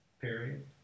Period